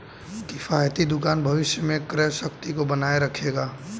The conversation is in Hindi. किफ़ायती दुकान भविष्य में क्रय शक्ति को बनाए रखेगा